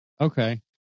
Okay